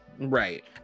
Right